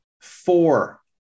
Four